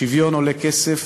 שוויון עולה כסף.